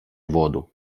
воду